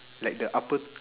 like the upper